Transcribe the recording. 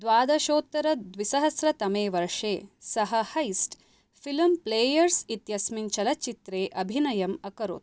द्वाद्शोत्तरद्विसहस्रतमे वर्षे सः heist film players इत्यस्मिन् चलनचित्रे अभिनयम् अकरोत्